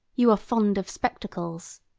you are fond of spectacles,